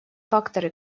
факторы